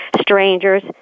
strangers